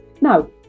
now